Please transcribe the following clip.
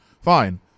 fine